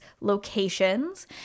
locations